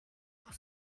pour